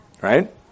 Right